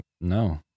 No